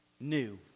new